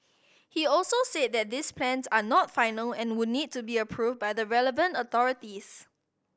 he also said that these plans are not final and would need to be approved by the relevant authorities